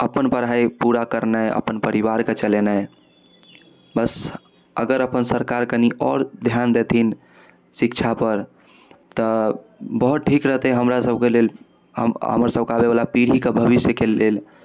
अपन पढ़ाइ पूरा करनाइ अपन परिवारके चलेनाइ बस अगर अपन सरकार कनि आओर धिआन देथिन शिक्षापर तऽ बहुत ठीक रहतै हमरा सबके लेल हम हमर सबके आबैवला पीढ़ीके भविष्यके लेल